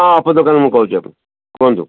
ହଁ ଓପୋ ଦୋକାନରୁ ମୁଁ କହୁଛି କୁହନ୍ତୁ